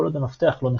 כל עוד המפתח לא נחשף.